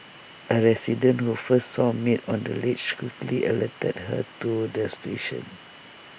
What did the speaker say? A resident who first saw maid on the ledge quickly alerted her to the situation